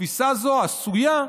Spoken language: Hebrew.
תפיסה זו עשויה,